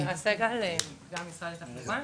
נעה סגל, סמנכ"ל משרד התחבורה.